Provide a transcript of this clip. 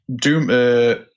doom